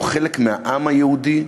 הוא חלק מהעם היהודי,